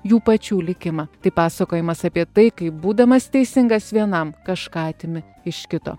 jų pačių likimą tai pasakojimas apie tai kaip būdamas teisingas vienam kažką atimi iš kito